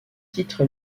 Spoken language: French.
titre